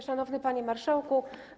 Szanowny Panie Marszałku!